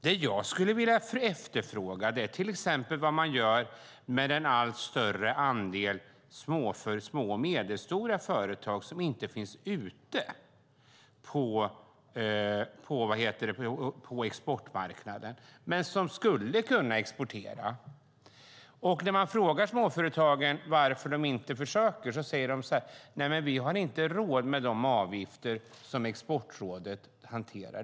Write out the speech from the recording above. Det jag skulle vilja efterfråga är till exempel vad man gör med den allt större andel små och medelstora företag som inte finns ute på exportmarknaden men som skulle kunna exportera. När man frågar småföretagen varför de inte försöker säger de att de inte har råd med de avgifter Exportrådet har.